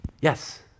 Yes